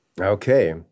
Okay